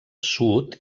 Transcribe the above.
sud